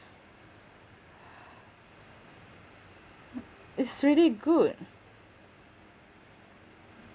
it's really good